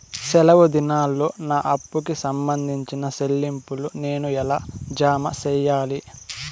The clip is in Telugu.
సెలవు దినాల్లో నా అప్పుకి సంబంధించిన చెల్లింపులు నేను ఎలా జామ సెయ్యాలి?